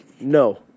No